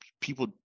people